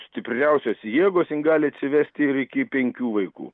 stipriausios jėgos jin gali atsivesti ir iki penkių vaikų